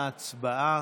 גילאון.